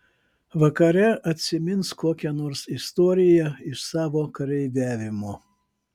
vakare atsimins kokią nors istoriją iš savo kareiviavimo